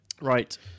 Right